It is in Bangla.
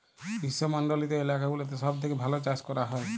গ্রীস্মমন্ডলিত এলাকা গুলাতে সব থেক্যে ভাল চাস ক্যরা হ্যয়